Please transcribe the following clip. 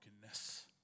brokenness